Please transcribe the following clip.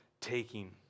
Taking